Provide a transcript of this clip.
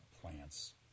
plants